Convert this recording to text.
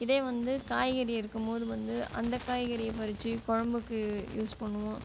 இதே வந்து காய்கறி இருக்கும் போது வந்து அந்த காய்கறியை பறித்து குழம்புக்கு யூஸ் பண்ணுவோம்